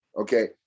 Okay